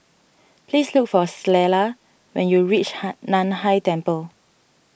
please look for Clella when you reach Hai Nan Hai Temple